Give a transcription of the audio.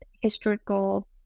historical